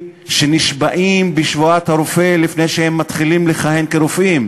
שנשבעים בשבועת הרופא לפני שהם מתחילים לכהן כרופאים?